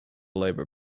labour